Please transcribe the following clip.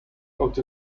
out